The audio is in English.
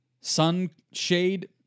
sunshade